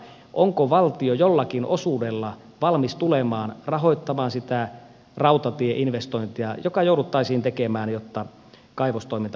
onko valtio jollakin osuudella valmis tulemaan rahoittamaan sitä rautatieinvestointia joka jouduttaisiin tekemään jotta kaivostoiminta voitaisiin käynnistää